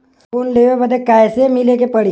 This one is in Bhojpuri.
लोन लेवे बदी कैसे मिले के पड़ी?